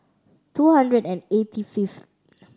two hundred and eighty fifth